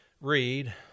read